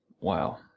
Wow